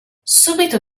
subito